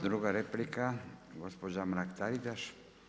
Druga replika, gospođa Mrak-Taritaš.